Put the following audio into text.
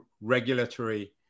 regulatory